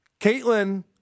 Caitlin